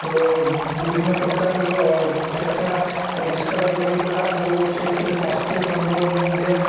ଓ ବିଭିନ୍ନ ପ୍ରକାର ଯଥା ପରିସ୍କାର ରହିବା ଓ ସେଥିରେ ସ୍ୱାସ୍ଥ୍ୟ ସମ୍ବନ୍ଧୀୟ